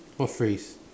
what phrase